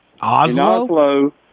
Oslo